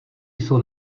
jsou